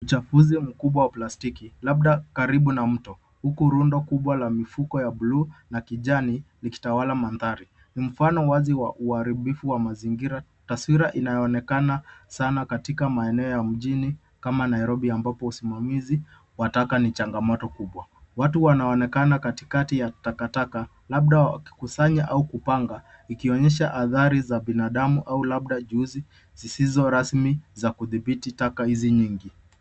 Uchafuzi mkubwa wa plastiki labda karibu na mto huku rundo kubwa la mifuko ya buluu na kijani ikitawala mandhari. Mfano wazi wa uharibifu wa mazingira. Taswira inayoonekana sana katika maeneo ya mjini kama Nairobi ambapo usimamizi wa taka ni changamoto kubwa. Watu wanaonekana katikati ya takataka labda wakikusanya au kupanga. Ikionyesha athari za binadamu au labda juhudi zisizo rasmi za kudhibiti taka hizi nyingi.